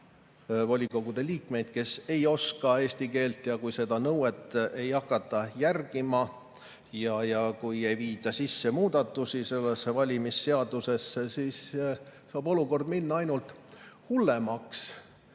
volikogude liikmeid, kes ei oska eesti keelt. Ja kui seda nõuet ei hakata järgima ja kui ei viida sisse muudatusi sellesse valimisseadusesse, siis saab olukord minna ainult hullemaks.